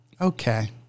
Okay